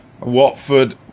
Watford